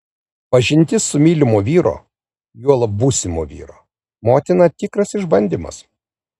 pažintis su mylimo vyro juolab būsimo vyro motina tikras išbandymas